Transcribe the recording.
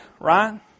Right